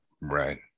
right